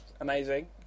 amazing